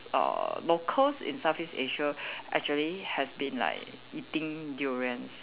uh locals in Southeast Asia actually has been like eating durian